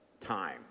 time